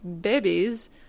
babies